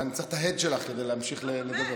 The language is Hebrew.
אני צריך את ההד שלך כדי להמשיך לדבר.